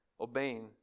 obeying